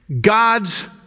God's